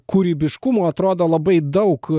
kūrybiškumo atrodo labai daug